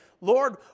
Lord